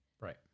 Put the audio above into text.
right